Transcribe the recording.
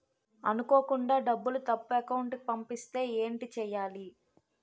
అనుకోకుండా డబ్బులు తప్పు అకౌంట్ కి పంపిస్తే ఏంటి చెయ్యాలి?